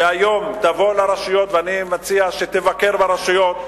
שהיום תבוא לרשויות, ואני מציע שתבקר ברשויות.